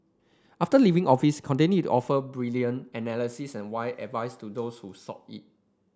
after leaving office continued to offer brilliant analysis and wise advice to those who sought it